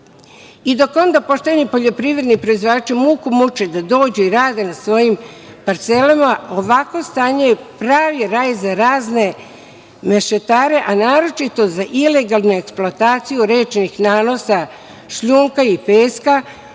I dok onda pošteni poljoprivredni proizvođači muku muče da dođu i rade na svojim parcelama ovakvo stanje je pravi raj za razne mešetare, a naročito za ilegalnu eksploataciju rečnih nanosa šljunka i peska